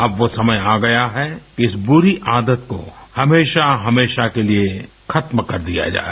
अब वो समय आ गया है कि इस बुरी आदत को हमेशा हमेशा के लिए खत्म कर दिया जाए